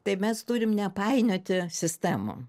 tai mes turim nepainioti sistemų